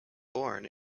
born